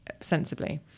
sensibly